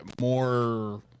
more